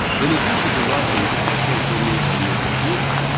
in addition to watching passport videos on your computer,